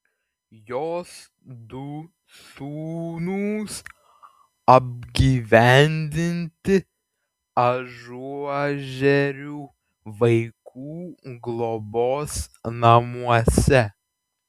jos du sūnūs apgyvendinti ažuožerių vaikų globos namuose